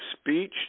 speech